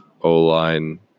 O-line